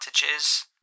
advantages